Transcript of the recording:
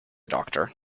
doctor